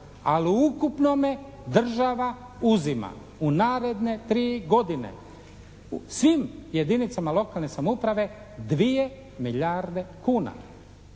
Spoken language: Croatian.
ali u ukupnome država uzima u naredne tri godine u svim jedinicama lokalne samouprave 2 milijarde kuna.